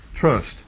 trust